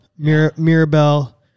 Mirabelle